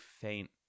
faint